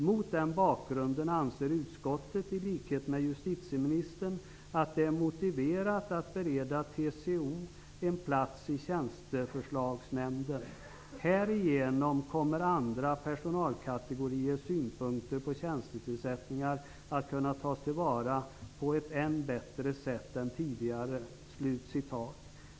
Mot den bakgrunden anser utskottet, i likhet med justitieministern, att det är motiverat att bereda TCO plats i tjänsteförslagsnämnden. Härigenom kommer andra personalkategoriers synpunkter på tjänstetillsättningar att kunna tas till vara på ett bättre sätt än tidigare.''